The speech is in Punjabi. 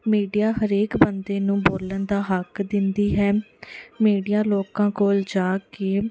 ਮੀਡੀਆ ਹਰੇਕ ਬੰਦੇ ਨੂੰ ਬੋਲਣ ਦਾ ਹੱਕ ਦਿੰਦੀ ਹੈ ਮੀਡੀਆ ਲੋਕਾਂ ਕੋਲ ਜਾ ਕੇ